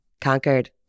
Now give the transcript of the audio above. conquered